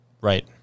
Right